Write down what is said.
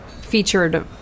featured